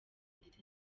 ndetse